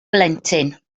blentyn